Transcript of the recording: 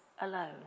alone